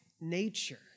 nature